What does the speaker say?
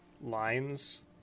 lines